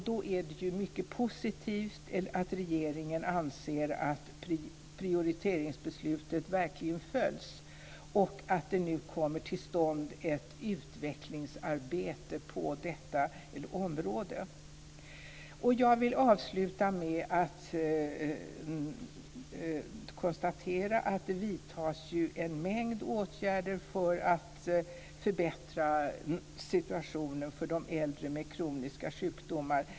Det är mycket positivt att regeringen anser att prioriteringsbeslutet verkligen följs och att det nu kommer till stånd ett utvecklingsarbete på detta område. Jag vill avsluta med att konstatera att det vidtas en mängd åtgärder för att förbättra situationen för de äldre med kroniska sjukdomar.